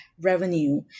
revenue